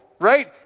right